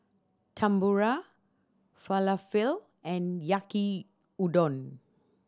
Tempura Falafel and Yaki Udon